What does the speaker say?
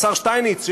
השר שטייניץ,